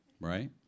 Right